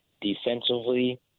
Defensively